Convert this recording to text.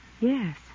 Yes